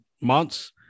months